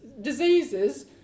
diseases